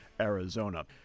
Arizona